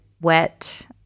wet